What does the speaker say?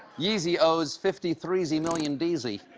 yeezy owes fifty-threezy million deezies.